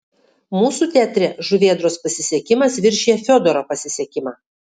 mūsų teatre žuvėdros pasisekimas viršija fiodoro pasisekimą